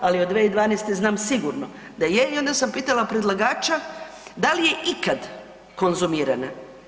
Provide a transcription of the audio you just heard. Ali, od 2012. znam sigurno da je i onda sam pitala predlagača da li je ikad konzumirana.